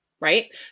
Right